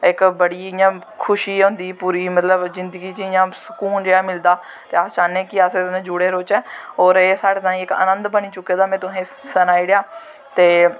इक बड़ी इयां खुशी होंदी पूरी जिन्दगी जियां मतलव स्कून जेहा मिलदा ते अस चाह्न्ने कि अस एह्दे कन्नैजुड़े रौह्चै और एह् साढ़े तांई इक अनंद बनी चुके दा में तुसें तनाई ओड़ेआ ते